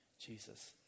Jesus